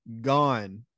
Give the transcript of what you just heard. gone